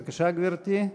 בבקשה, גברתי.